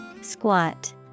Squat